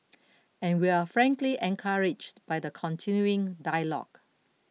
and we're frankly encouraged by the continuing dialogue